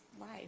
life